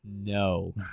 no